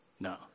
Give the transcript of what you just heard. No